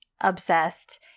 obsessed